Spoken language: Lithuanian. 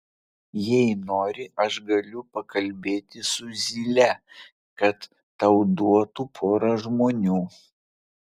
jei nori aš galiu pakalbėti su zyle kad tau duotų porą žmonių